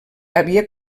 havia